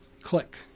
click